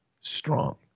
strong